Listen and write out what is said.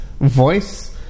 voice